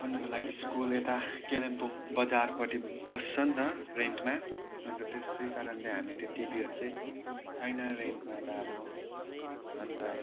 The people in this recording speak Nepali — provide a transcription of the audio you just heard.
पढ्नुको लागि स्कुल यता कालिम्पोङ बजारपट्टि बस्छ नि त रेन्टमा अन्त त्यसै कारणले हामी त्यत्ति बिवेर चाहिँ छैन रेन्टमा त अब अन्त